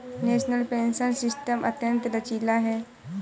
national pension system अत्यंत लचीला है